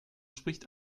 spricht